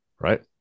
Right